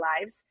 lives